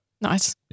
Nice